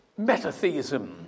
metatheism